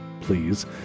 please